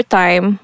time